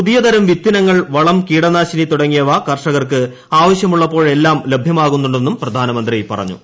പുതിയതരം വിത്തിനങ്ങൾ വളം കീടനാശിനി തുടങ്ങിയവ കർഷകർക്ക് ആവശ്യമുള്ളപ്പോഴെല്ലാം ലഭ്യമാകുന്നുണ്ടെന്നും പ്രധാനമന്ത്രി പറഞ്ഞു